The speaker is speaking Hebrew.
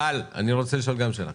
גל, אני רוצה לשאול גם שאלה.